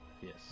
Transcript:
Yes